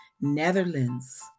Netherlands